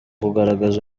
kugaragaza